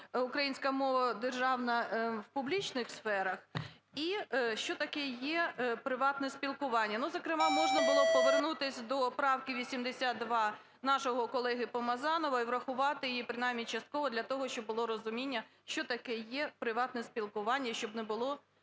"українська мова державна в публічних сферах" і що таке є "приватне спілкування". Ну, зокрема, можна було б повернутися до правки 82 нашого колеги Помазанова і врахувати її принаймні частково для того, щоб було розуміння, що таке є приватне спілкування, щоб не було